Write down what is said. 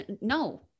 No